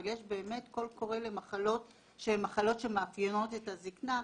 אבל יש באמת קול קורא למחלות שהן מחלות שמאפיינות את הזקנה,